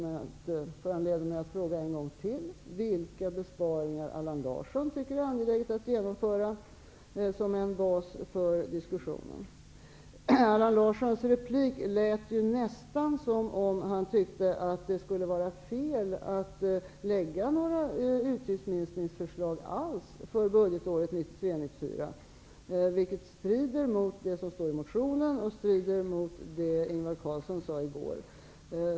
Det föranleder mig att åter, som en bas för diskussioner, fråga vilka besparingar Allan Larsson tycker det är angeläget att genomföra. I Allan Larssons replik lät det ju nästan som om han tyckte att det skulle vara fel att lägga fram några utgiftsminskningsförslag alls för budgetåret 1993/94. Det strider mot det som står i motionen och mot det Ingvar Carlsson sade i går.